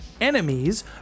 enemies